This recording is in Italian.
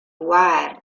wired